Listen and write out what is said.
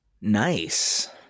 nice